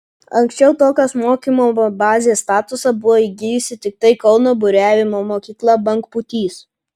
anksčiau tokios mokymo bazės statusą buvo įgijusi tiktai kauno buriavimo mokykla bangpūtys